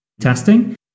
testing